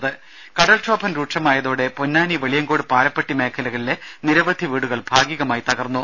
രുഭ കടൽക്ഷോഭം രൂക്ഷമായതോടെ പൊന്നാനി വെളിയങ്കോട് പാലപ്പെട്ടി മേഖലകളിലെ നിരവധി വീടുകൾ ഭാഗികമായി തകർന്നു